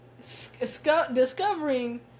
discovering